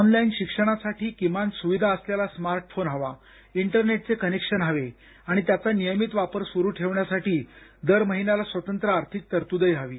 online शिक्षणासाठी किमान सुविधा असलेला स्मार्ट फोन हवा इंटरनेटचे कनेक्शन हवे आणि त्याचा नियमित वापर सुरु ठेवण्यासाठी दर महिन्याला स्वतंत्र आर्थिक तरतूद हवी